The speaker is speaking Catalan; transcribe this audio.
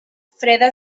freda